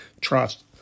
trust